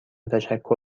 تشکر